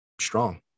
strong